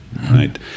right